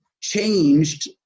changed